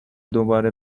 دوباره